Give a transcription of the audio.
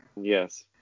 Yes